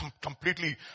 completely